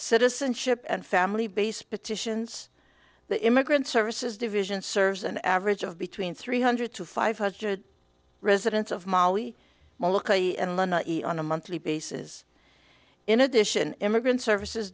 citizenship and family based petitions the immigrant services division serves an average of between three hundred to five hundred residents of mali well look and learn on a monthly basis in addition immigrant services